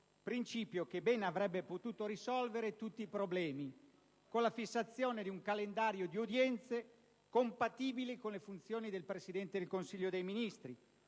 principio che ben avrebbe potuto risolvere tutti i problemi, con la fissazione di un calendario di udienze compatibili con le funzioni del Presidente del Consiglio dei ministri,